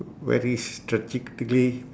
very strategically